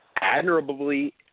admirably